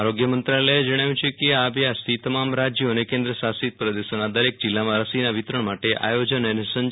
આરોગ્ય મંત્રાલયે જણાવ્યું છે કે આ અભ્યાસથી તમામ રાજ્યો અને કેન્દ્ર શાસિત પ્રદેશોના દરેક જિલ્લામાં રસીના વિતરણ માટે આયોજન અને સંચાલન સુનિશ્ચિત થશે